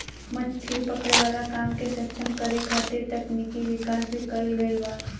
मछली पकड़े वाला काम के सक्षम करे खातिर तकनिकी विकाश भी कईल गईल बा